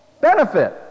benefit